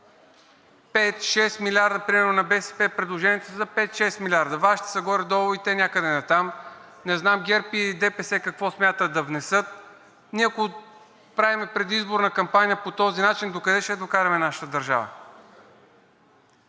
– 6 милиарда. Например на БСП предложението е за 5 – 6 милиарда. Вашите са горе-долу и те някъде натам. Не знам ГЕРБ и ДПС какво смятат да внесат. Ние, ако правим предизборна кампания по този начин, докъде ще я докараме нашата държава?